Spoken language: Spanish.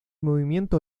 movimiento